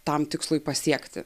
tam tikslui pasiekti